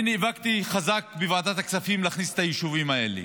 אני נאבקתי חזק בוועדת הכספים להכניס את היישובים האלה,